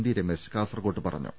T Ramesh Kasaragod പറഞ്ഞു